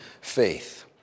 faith